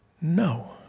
no